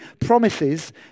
promises